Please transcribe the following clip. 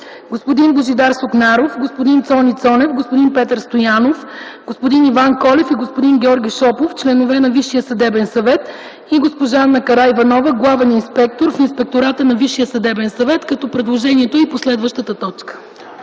господин Божидар Сукнаров, господин Цони Цонев, господин Петър Стоянов, господин Иван Колев и господин Георги Шопов – членове на Висшия съдебен съвет, и госпожа Ана Караиванова – главен инспектор в Инспектората на Висшия съдебен съвет, като предложението е и по следващата точка.